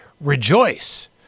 rejoice